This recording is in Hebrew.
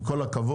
עם כל הכבוד.